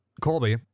Colby